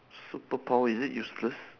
superpower is it useless